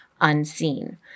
unseen